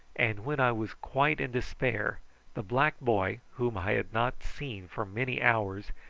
and when i was quite in despair the black boy, whom i had not seen for many hours,